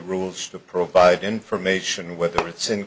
rules to provide information whether it's in